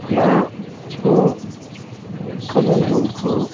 अपना जो क़ानून है उनको